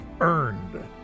earned